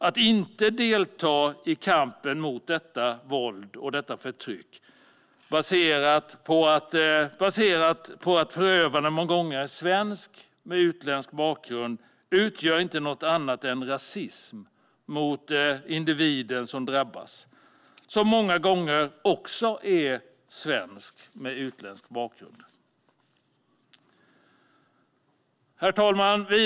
Att inte delta i kampen mot detta våld och förtryck baserat på att förövaren många gånger är svensk med utländsk bakgrund är inget annat än rasism mot individen som drabbas, som många gånger också är svensk med utländsk bakgrund. Herr talman!